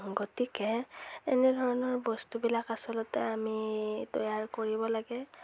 গতিকে এনেধৰণৰ বস্তুবিলাক আচলতে আমি তৈয়াৰ কৰিব লাগে